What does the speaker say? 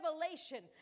revelation